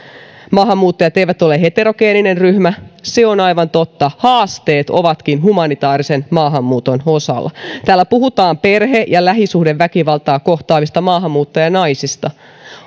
maahanmuuttajat eivät ole heterogeeninen ryhmä se on aivan totta haasteet ovatkin humanitäärisen maahanmuuton osalla täällä puhutaan perhe ja lähisuhdeväkivaltaa kohtaavista maahanmuuttajanaisista